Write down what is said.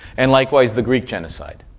and likewise, the greek genocide,